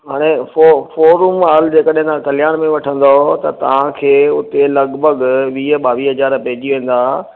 हाणे पोइ पोइ फोर रूम हॉल जे कॾहिं तव्हां कल्याण में वठंदव त तव्हांखे हुते लॻभॻि वीह ॿावीह हज़ार पेईजी वेंदा